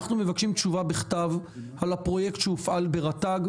אנחנו מבקשים תשובה בכתב על הפרויקט שהופעל ברשות הטבע והגנים.